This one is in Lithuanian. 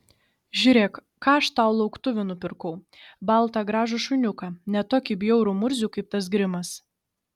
žiūrėk ką aš tau lauktuvių nupirkau baltą gražų šuniuką ne tokį bjaurų murzių kaip tas grimas